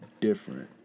different